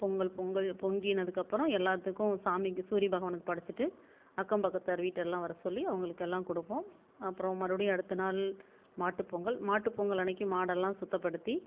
பொங்கல் பொங்கல் பொங்கினதுக்கப்புறம் எல்லாத்துக்கும் சாமிக்கு சூரிய பகவானுக்கு படைச்சிட்டு அக்கம் பக்கத்தார் வீட்டெல்லாம் வர சொல்லி அவங்களுக்கெல்லாம் கொடுப்போம் அப்புறம் மறுபடியும் அடுத்த நாள் மாட்டுப்பொங்கல் மாட்டுப்பொங்கல் அன்னக்கு மாடெல்லாம் சுத்தப்படுத்தி